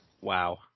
wow